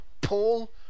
Paul